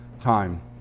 time